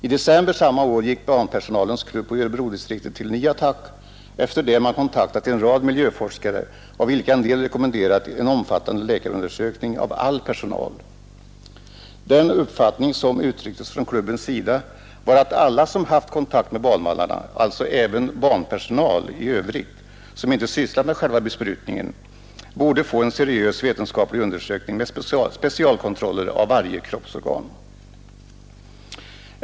I december samma år gick banpersonalens klubb i Örebrodistriktet till ny attack, efter det man kontaktat en rad miljöforskare, av vilka en del rekommenderat en omfattande läkarundersökning av all personal. Den uppfattning som uttrycktes från klubbens sida var att alla som haft kontakt med banvallarna, alltså även banpersonal som inte sysslat med själva besprutningen, borde underkastas en seriös vetenskaplig undersökning med specialkontroller av varje kroppsorgan.